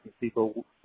people